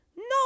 No